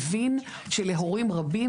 מבין שלהורים רבים,